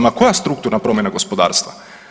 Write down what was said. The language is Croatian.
Ma koja strukturna promjena gospodarstva.